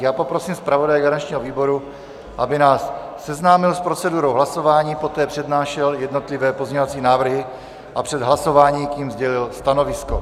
Já poprosím zpravodaje garančního výboru, aby nás seznámil s procedurou hlasování, poté přednášel jednotlivé pozměňovací návrhy a před hlasováním k nim sdělil stanovisko.